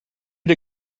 did